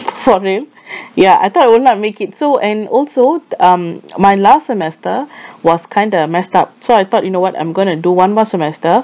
for real ya I thought I will not make it so and also th~ um my last semester was kind of messed up so I thought you know what I'm gonna do one more semester